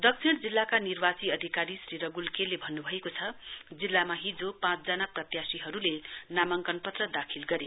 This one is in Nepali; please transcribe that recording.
दक्षिण जिल्लाका निवार्ची अधिकारी श्री रगुल के ले भन्नुभएको छ जिल्लामा हिजो पाँचजना प्रत्याशीहरुले नामाङ्कन पत्र दाखिल गरे